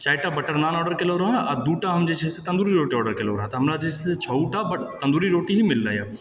चारिटा butter naan order केले रहौं आ दूटा हम जे छै से तन्दूरी रोटी ऑर्डर केले रहौं तऽ हमरा जे छै से छओटा तन्दूरी रोटी ही मिललैहँ